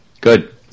Good